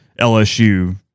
LSU